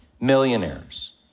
millionaires